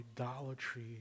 Idolatry